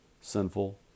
sinful